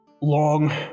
long